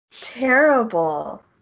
terrible